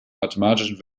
mathematischen